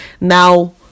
Now